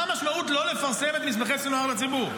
מה המשמעות של לא לפרסם את מסמכי סנוואר לציבור?